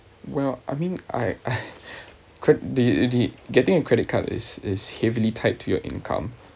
well I mean I I could the the getting a credit card is is heavily tied to your income